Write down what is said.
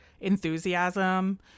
enthusiasm